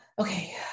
okay